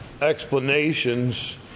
explanations